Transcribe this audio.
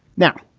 now,